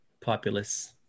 populace